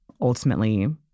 ultimately